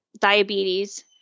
diabetes